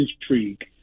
intrigue